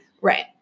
Right